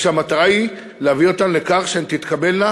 כשהמטרה היא להביא אותן לכך שהן תתקבלנה